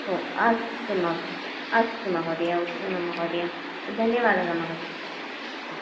ओ अस्तु महो अस्तु महोदय उत्तमं महोदय धन्यवादः महोदय